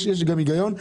יש גם היגיון.